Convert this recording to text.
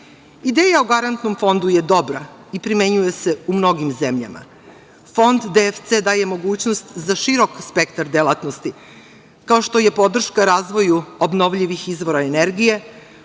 o garantnom fondu je dobra i primenjuje se u mnogim zemljama. Fond DFC daje mogućnost za širok spektar delatnosti, kao što je podrška razvoju obnovljivih izvora energije,